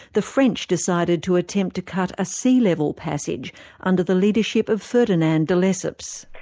the french decided to attempt to cut a sea level passage under the leadership of ferdinand de lesseps.